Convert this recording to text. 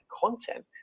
content